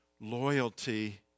loyalty